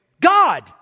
God